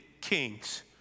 kings